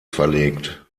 verlegt